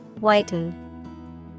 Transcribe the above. Whiten